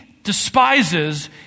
despises